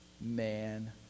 man